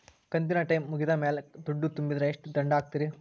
ಕಂತಿನ ಟೈಮ್ ಮುಗಿದ ಮ್ಯಾಲ್ ದುಡ್ಡು ತುಂಬಿದ್ರ, ಎಷ್ಟ ದಂಡ ಹಾಕ್ತೇರಿ?